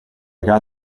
got